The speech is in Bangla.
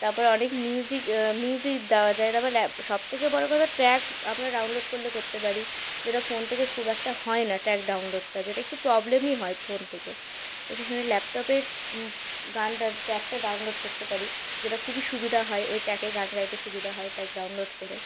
তারপর অনেক মিউজিক মিউজিক দেওয়া যায় তারপর ল্যাপ সব থেকে বড়ো কথা ট্র্যাক আমরা ডাউনলোড করলে করতে পারি যেটা ফোন থেকে খুব একটা হয় না ট্র্যাক ডাউনলোডটা যেটা একটু প্রবলেমই হয় ফোন থেকে তো সেখানে ল্যাপটপের গানটা ট্র্যাকটা ডাউনলোড করতে পারি যেটা খুবই সুবিধা হয় ওই ট্র্যাকে গান গাইতে সুবিধা হয় ট্র্যাক ডাউনলোড করে